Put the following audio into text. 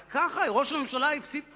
אז ככה ראש הממשלה הפסיד פעמיים.